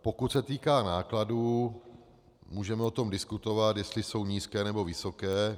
Pokud se týká nákladů, můžeme diskutovat, jestli jsou nízké, nebo vysoké.